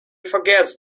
forgets